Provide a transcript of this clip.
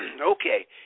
okay